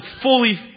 fully